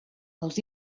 els